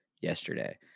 yesterday